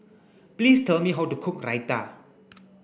please tell me how to cook Raita